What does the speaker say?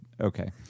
Okay